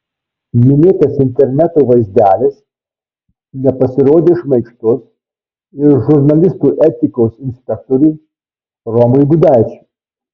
minėtas interneto vaizdelis nepasirodė šmaikštus ir žurnalistų etikos inspektoriui romui gudaičiui